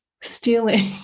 stealing